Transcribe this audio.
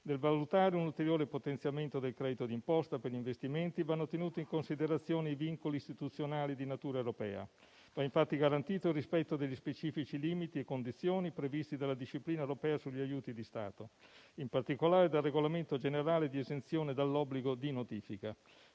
Nel valutare un ulteriore potenziamento del credito d'imposta per investimenti vanno tenuti in considerazione i vincoli istituzionali di natura europea. Va, infatti, garantito il rispetto degli specifici limiti e condizioni previsti dalla disciplina europea sugli aiuti di Stato e, in particolare, dal regolamento generale di esenzione dall'obbligo di notifica.